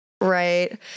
Right